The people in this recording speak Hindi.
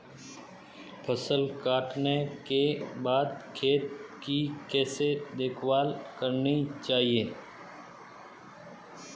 फसल काटने के बाद खेत की कैसे देखभाल करनी चाहिए?